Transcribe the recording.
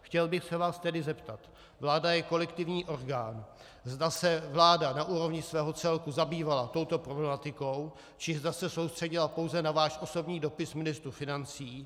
Chtěl bych se vás tedy zeptat vláda je kolektivní orgán zda se vláda na úrovni svého celku zabývala touto problematikou, či zda se soustředila pouze na váš osobní dopis ministru financí.